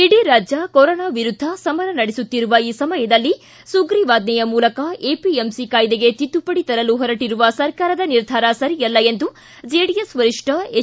ಇಡೀ ರಾಜ್ಯ ಕೊರೊನಾ ವಿರುದ್ದ ಸಮರ ನಡೆಸುತ್ತಿರುವಈ ಸಮಯದಲ್ಲಿ ಸುಗ್ರೀವಾಜ್ಷೆಯ ಮೂಲಕ ಎಪಿಎಂಸಿ ಕಾಯಿದೆಗೆ ತಿದ್ದುಪಡಿ ಮಾಡಲು ಹೊರಟಿರುವ ಸರ್ಕಾರದ ನಿರ್ಧಾರ ಸರಿಯಲ್ಲ ಎಂದು ಜೆಡಿಎಸ್ ವರಿಷ್ಠ ಎಚ್